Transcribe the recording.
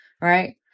right